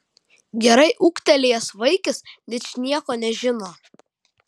gerai ūgtelėjęs vaikis ničnieko nežino